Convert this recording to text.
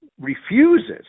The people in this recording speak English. refuses